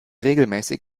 regelmäßig